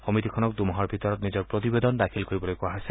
সমিতিখনক দুমাহৰ ভিতৰত নিজৰ প্ৰতিবেদন দাখিল কৰিবলৈ কোৱা হৈছে